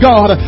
God